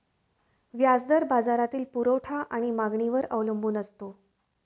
व्याज दर बाजारातील पुरवठा आणि मागणीवर अवलंबून असतो